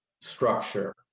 structure